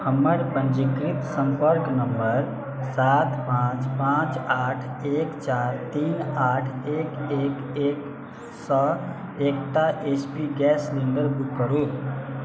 हमर पञ्जीकृत सम्पर्क नम्बर सात पांँच पांँच आठ एक चारि तीन आठ एक एक एक सँ एकटा H P gas cylinder book करू